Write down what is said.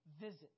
visit